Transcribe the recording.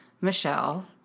Michelle